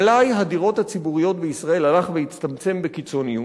מלאי הדירות הציבוריות בישראל הלך והצטמצם בקיצוניות.